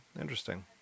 interesting